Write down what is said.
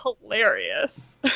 hilarious